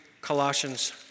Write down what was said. Colossians